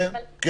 כן.